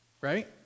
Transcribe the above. right